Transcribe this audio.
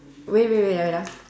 wait wait wait wait ah wait ah